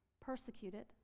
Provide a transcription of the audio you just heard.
persecuted